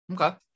okay